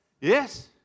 Yes